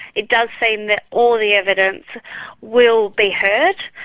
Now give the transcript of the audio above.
it does seem that all the evidence will be heard.